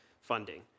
funding